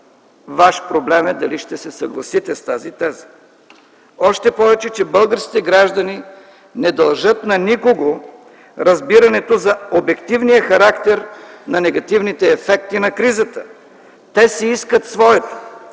Ваш проблем е дали ще се съгласите с тази теза. Още повече, че българските граждани не дължат на никого разбирането за обективния характер на негативните ефекти на кризата. Те си искат своето.